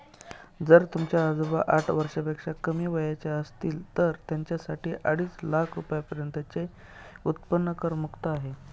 जर तुमचे आजोबा साठ वर्षापेक्षा कमी वयाचे असतील तर त्यांच्यासाठी अडीच लाख रुपयांपर्यंतचे उत्पन्न करमुक्त आहे